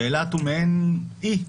ואילת היא מעין אי.